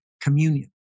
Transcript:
communion